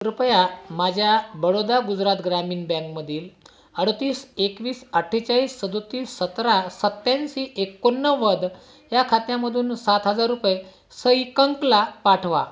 कृपया माज्या बडोदा गुजरात ग्रामीण बँकमधील अडतीस एकवीस अठ्ठेचाळीस सदोतीस सतरा सत्याऐंशी एकोणनव्वद या खात्यामधून सात हजार रुपये सई कंकला पाठवा